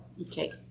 Okay